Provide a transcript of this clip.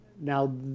Now